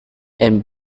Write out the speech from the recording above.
and